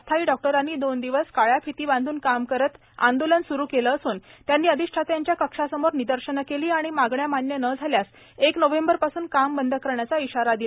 अस्थायी डॉक्टरांनी दोन दिवस काळ्या फिती बांधून काम करीत आंदोलन सुरु केले असुन त्यांनी अधिष्ठात्याच्या कक्षासमोर निदर्शने केली आणि मागण्या मान्य न झाल्यास एक नोव्हेंबरपासून काम बंद करण्याचा इशारा दिला